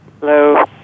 Hello